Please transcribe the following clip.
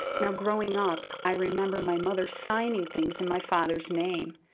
now, growing up, i remember my mother signing things in my father's name.